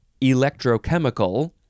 electrochemical